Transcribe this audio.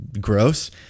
gross